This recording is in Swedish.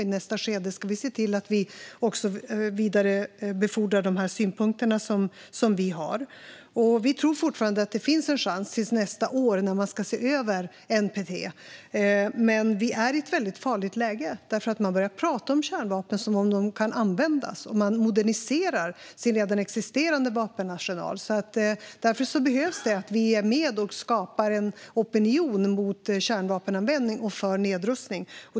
I nästa skede ska vi se till att vi också vidarebefordrar de synpunkter vi har. Vi tror fortfarande att det finns en chans till nästa år, när NPT ska ses över. Men vi är i ett farligt läge; man har börjat prata om kärnvapen som om de kan användas och man moderniserar sin redan existerande vapenarsenal. Därför behövs det att vi är med och skapar opinion mot kärnvapenanvändning och för nedrustning.